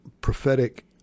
prophetic